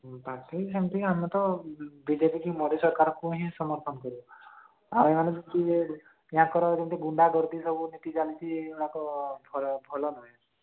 ହୁଁ ତାଙ୍କୁ ହିଁ ସେମତି ଆମେ ତ ବିଜେପିକୁ ମୋଦି ସରକାରକୁ ହିଁ ସମର୍ଥନ କରିବୁ ଆର ମାନଙ୍କର ଟିକିଏ ୟାଙ୍କର ଯେମତି ଗୁଣ୍ଡାଗର୍ଦ୍ଦି ସବୁ ଏଠି ଚାଲିଛି ଏଗୁଡ଼ାକ ଭଲ ନୁହେଁ